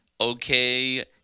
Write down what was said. okay